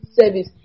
service